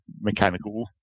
mechanical